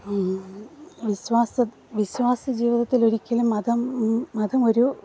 വിശ്വാസം വിശ്വാസം ജീവിതത്തിൽ ഒരിക്കലും മതം മതം ഒരു